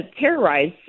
terrorize